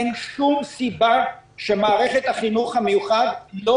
אין שום סיבה שמערכת החינוך המיוחד לא